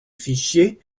fichier